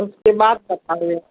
उसके बाद बताओगे